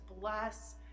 bless